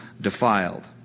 defiled